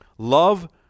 Love